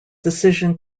decision